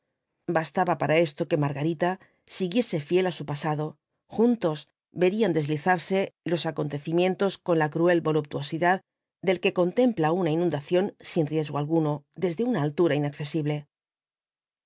bastaba para esto que margarita siguiese fiel á su pasado juntos verían deslizarse los acontecimientos con la cruel voluptuosidad del que contempla una inundación sin riesgo alguno desde una altura inaccesible